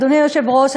אדוני היושב-ראש,